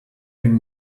thing